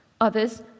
others